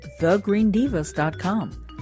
thegreendivas.com